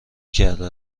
کرده